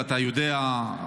ואתה יודע,